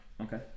Okay